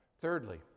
Thirdly